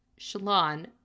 Shalon